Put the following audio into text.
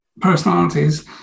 personalities